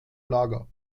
lager